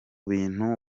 bintu